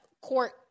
court